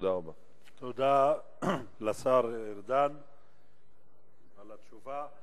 תודה לשר ארדן על התשובה.